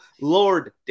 lord